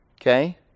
Okay